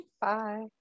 Bye